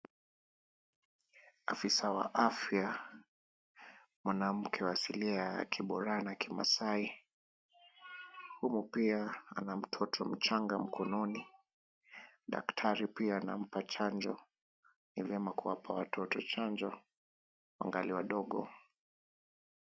Afisa wa afya. Mwanamke wa asilia ya kiborana kimasai huku pia ana mtoto mchanga mkononi. Daktari pia anampa chanjo. Ni vyema kuwapa watoto chanjo wangali wadogo.